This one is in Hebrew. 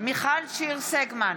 מיכל שיר סגמן,